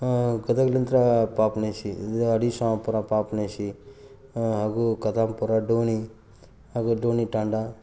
ಗದಗ ನಂತರ ಪಾಪನಾಶಿ ಅಡಿಶಾಪುರ ಪಾಪನಾಶಿ ಹಾಗೂ ಕದಂಪುರ ಡೋಣಿ ಹಾಗೂ ಡೋಣಿ ತಾಂಡ